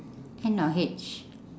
N or H